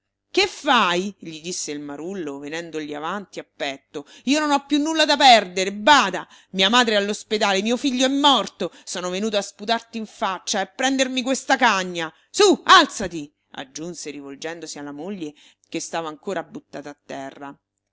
che fai gli disse il marullo venendogli avanti a petto io non ho più nulla da perdere bada mia madre è all'ospedale mio figlio e morto sono venuto a sputarti in faccia e a prendermi questa cagna su alzati aggiunse rivolgendosi alla moglie che stava ancora buttata a terra